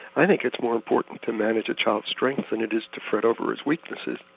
i think it's more important to manage a child's strengths than it is to fret over its weaknesses,